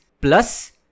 Plus